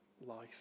life